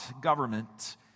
government